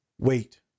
wait